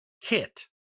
kit